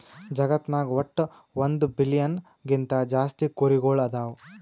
ಜಗತ್ನಾಗ್ ವಟ್ಟ್ ಒಂದ್ ಬಿಲಿಯನ್ ಗಿಂತಾ ಜಾಸ್ತಿ ಕುರಿಗೊಳ್ ಅದಾವ್